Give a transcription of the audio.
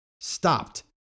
stopped